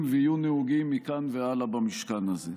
ויהיו נהוגים מכאן והלאה במשכן הזה.